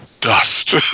dust